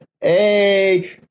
Hey